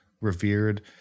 revered